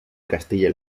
castilla